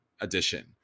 Edition